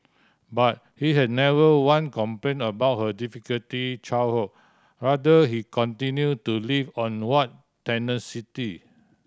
but he had never one complain about her difficulty childhood rather he continue to live on what tenacity